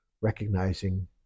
recognizing